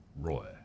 roy